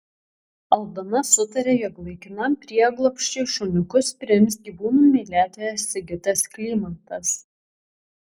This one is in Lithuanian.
aldona sutarė jog laikinam prieglobsčiui šuniukus priims gyvūnų mylėtojas sigitas klymantas